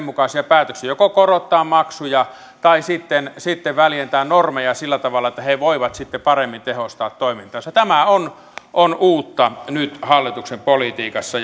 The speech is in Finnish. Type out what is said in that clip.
mukaisia päätöksiä joko korottaa maksuja tai sitten väljentää normeja sillä tavalla että he voivat sitten paremmin tehostaa toimintaansa tämä on on nyt uutta hallituksen politiikassa